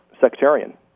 sectarian